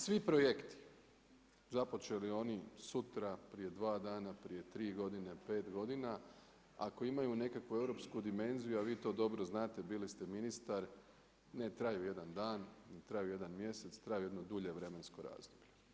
Svi projekti, započeli oni sutra, prije 2 dana, prije 3 godine, 5 godina, ako imaju nekakvu europsku dimenziju a vi to dobro znate, bili ste ministar, ne traju jedan dan, ne traju jedan mjesec, traju jedno dulje vremensko razdoblje.